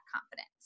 confidence